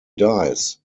dies